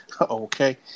Okay